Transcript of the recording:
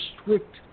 strict